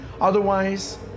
Otherwise